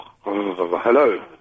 Hello